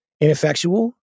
ineffectual